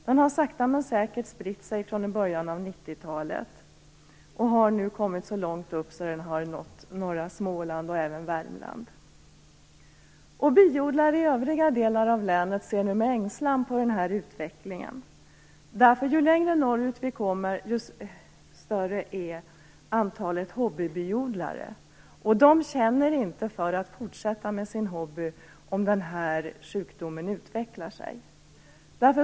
Den har sakta men säkert spritt sig sedan början av 90-talet och har nu nått så långt upp som norra Småland och även Värmland. Biodlare i övriga delar av landet ser med ängslan på den här utvecklingen. Ju längre norrut vi kommer, desto större är antalet hobbybiodlare. De känner inte för att fortsätta med sin hobby om den här sjukdomen utvecklar sig.